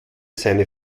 seine